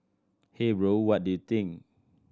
hey bro what do you think